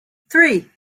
three